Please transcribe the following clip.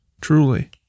truly